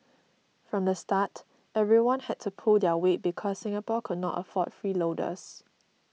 from the start everyone had to pull their weight because Singapore could not afford freeloaders